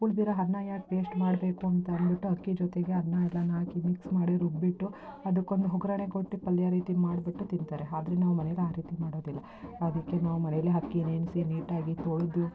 ಉಳಿದಿರೋ ಅನ್ನ ಯಾಕೆ ವೇಶ್ಟ್ ಮಾಡಬೇಕು ಅಂತಂದ್ಬಿಟ್ಟು ಅಕ್ಕಿ ಜೊತೆಗೆ ಅನ್ನ ಎಲ್ಲನು ಹಾಕಿ ಮಿಕ್ಸ್ ಮಾಡಿ ರುಬ್ಬಿಬಿಟ್ಟು ಅದಕ್ಕೊಂದು ಒಗ್ಗರಣೆ ಕೊಟ್ಟು ಪಲ್ಯ ರೀತಿ ಮಾಡಿಬಿಟ್ಟು ತಿಂತಾರೆ ಆದ್ರೆ ನಾವು ಮನೇಲಿ ಆ ರೀತಿ ಮಾಡೋದಿಲ್ಲ ಅದಕ್ಕೆ ನಾವು ಮನೇಲೆ ಅಕ್ಕಿ ನೆನೆಸಿ ನೀಟಾಗಿ ತೊಳೆದು